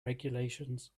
regulations